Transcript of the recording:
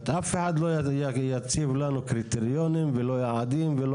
אף אחד לא יציב לנו קריטריונים ולא יעדים ולא